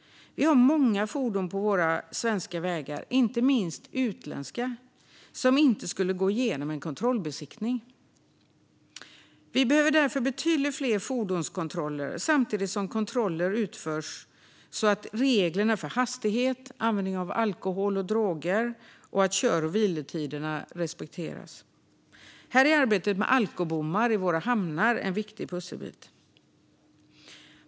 Vi har på våra svenska vägar många fordon, inte minst utländska, som inte skulle gå igenom en kontrollbesiktning. Vi behöver därför betydligt fler fordonskontroller. Samtidigt behöver kontroller utföras av användning av alkohol och andra droger och av att reglerna för hastighet och kör och vilotider respekteras. Här är arbetet med alkobommar i våra hamnar en viktig pusselbit.